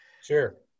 Sure